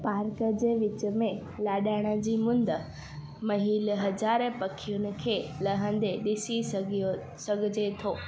park जे विच में लाॾाण जी मुंदि महिल हजारे पखियुनि खे लहंदे ॾिसी सघियो सघिजे थो